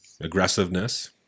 aggressiveness